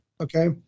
Okay